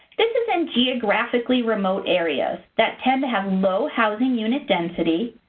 this is in geographically remote areas that tend to have low housing unit density.